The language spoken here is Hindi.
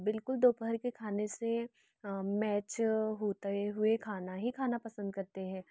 बिल्कुल दोपहर के खाने से मैच होता है हुए खाना ही खाना पसंद करते हैं